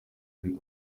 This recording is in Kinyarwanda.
ari